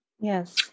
yes